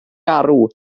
garw